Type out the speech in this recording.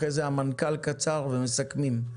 אחרי זה המנכ"ל בקצרה ואחרי זה מסכמים.